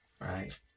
right